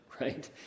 right